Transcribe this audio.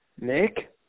Nick